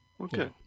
Okay